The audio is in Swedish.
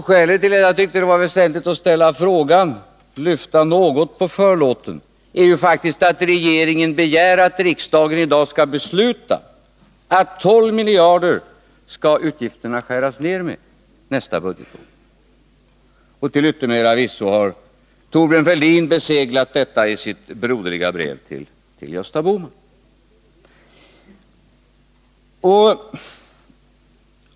Skälet till att jag tyckte att det var väsentligt att ställa frågan för att man skulle lyfta något på förlåten är att regeringen faktiskt begär att riksdagen i dag skall besluta att utgifterna skall skäras ned med 12 miljarder nästa budgetår. Till yttermera visso har Thorbjörn Fälldin beseglat detta i sitt broderliga brev till Gösta Bohman.